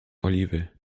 oliwy